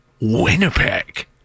Winnipeg